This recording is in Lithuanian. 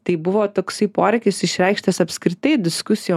tai buvo toksai poreikis išreikštas apskritai diskusijų